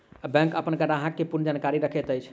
bank अपन ग्राहक के पूर्ण जानकारी रखैत अछि